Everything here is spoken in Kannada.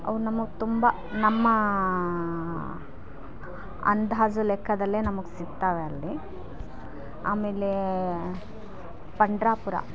ಅವು ನಮಗೆ ತುಂಬ ನಮ್ಮ ಅಂದಾಜು ಲೆಕ್ಕದಲ್ಲೇ ನಮಗೆ ಸಿಕ್ತಾವೆ ಅಲ್ಲಿ ಆಮೇಲೆ ಪಂಡ್ರಾಪುರ